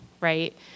right